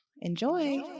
Enjoy